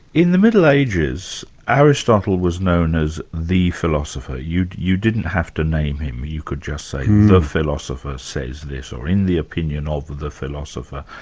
in the middle ages, aristotle was known as the philosopher, you you didn't have to name him, you could just say the philosopher says this or in the opinion ah of the the philosopher.